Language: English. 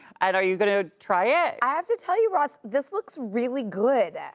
and are you gonna try it? i have to tell you ross, this looks really good! yeah,